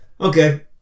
okay